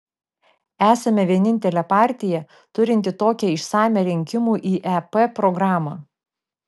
esame vienintelė partija turinti tokią išsamią rinkimų į ep programą